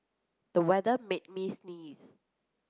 the weather made me sneeze